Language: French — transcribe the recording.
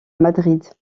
madrid